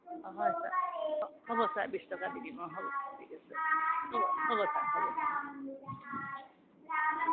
হয় ছাৰ অঁ হ'ব ছাৰ মই বিছ টকা দি দিম হ'ব ঠিক আছে হ'ব ছাৰ হ'ব